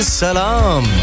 Salam